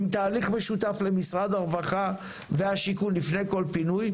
עם תהליך משותף למשרד הרווחה והשיכון לפני כל פינוי,